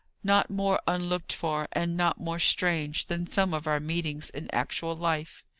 not more unlooked for, and not more strange than some of our meetings in actual life.